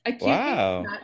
Wow